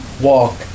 walk